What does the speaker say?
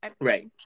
Right